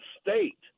State